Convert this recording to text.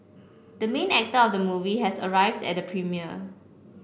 the main actor of the movie has arrived at premiere